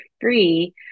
free